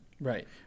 Right